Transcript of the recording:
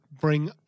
bring